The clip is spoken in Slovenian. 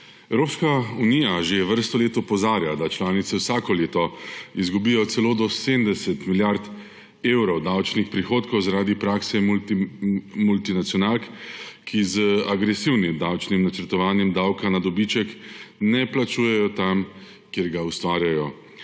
Evropska unija že vrsto let opozarja, da članice vsako leto izgubijo celo do 70 milijard evrov davčnih prihodkov zaradi prakse multinacionalk, ki z agresivnim davčnim načrtovanjem davka na dobiček ne plačujejo tam, kjer ga ustvarjajo,